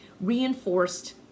reinforced